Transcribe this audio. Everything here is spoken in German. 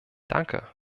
danke